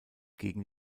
gegen